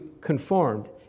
conformed